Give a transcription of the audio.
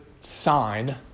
sign